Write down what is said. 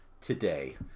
today